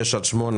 פניות 6 עד 8,